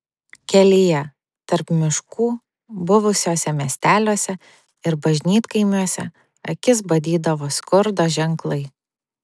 kelyje tarp miškų buvusiuose miesteliuose ir bažnytkaimiuose akis badydavo skurdo ženklai